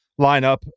lineup